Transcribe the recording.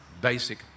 basic